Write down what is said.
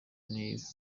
n’ibi